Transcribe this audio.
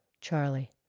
Charlie